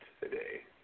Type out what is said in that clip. today